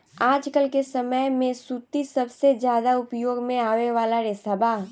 आजकल के समय में सूती सबसे ज्यादा उपयोग में आवे वाला रेशा बा